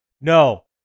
no